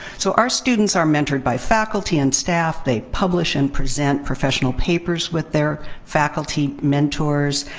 so, our students are mentored by faculty and staff. they publish and present professional papers with their faculty mentors.